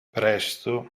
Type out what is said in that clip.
presto